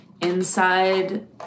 Inside